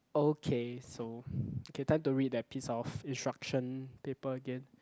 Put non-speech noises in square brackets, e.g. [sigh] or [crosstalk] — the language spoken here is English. okay so [breath] okay time to read that piece of instruction paper again